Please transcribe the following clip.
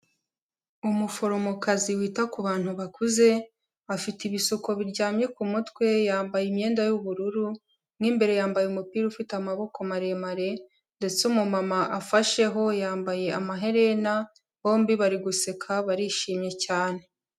Umuforomokazi wita ku bantu bakuze, afite ibisuko biryamye ku mutwe, yambaye imyenda yubururu, mo imbere yambaye umupira ufite amaboko maremare, ndetse umumama afasheho yambaye amaherena, bombi bari guseka barishimye cyane.